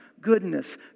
goodness